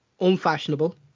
Unfashionable